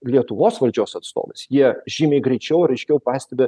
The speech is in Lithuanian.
lietuvos valdžios atstovais jie žymiai greičiau ir aiškiau pastebi